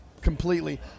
completely